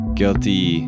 guilty